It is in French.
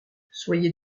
soyez